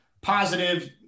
positive